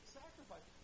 sacrifice